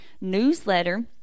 newsletter